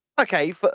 okay